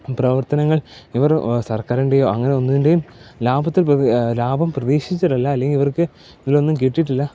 പ്രവർത്തങ്ങൾ ഇവർ സർക്കാരിൻ്റെയോ അങ്ങനെ ഒന്നിൻ്റെയും ലാഭത്തെ ലാഭം പ്രതീക്ഷിച്ചിട്ടല്ല അല്ലെങ്കിൽ ഇവർക്ക് ഇതിലൊന്നും കിട്ടിയിട്ടില്ല